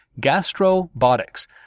Gastrobotics